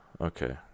Okay